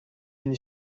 une